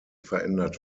verändert